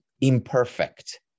imperfect